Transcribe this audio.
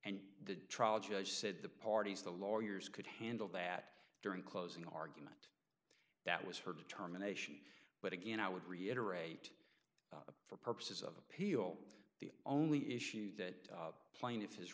and the trial judge said the parties the lawyers could handle that during closing argument that was her determination but again i would reiterate for purposes of appeal the only issue that pla